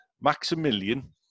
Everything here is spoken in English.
Maximilian